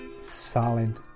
silent